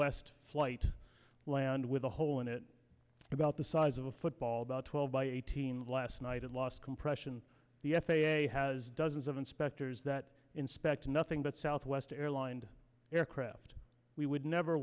west flight land with a high hole in it about the size of a football about twelve by eighteen last night and last compression the f a a has dozens of inspectors that inspect nothing but southwest airlines aircraft we would never